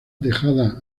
dejada